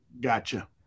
Gotcha